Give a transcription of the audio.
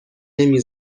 نمی